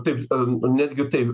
taip netgi taip